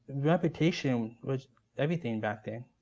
reputation was everything back then,